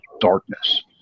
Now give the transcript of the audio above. darkness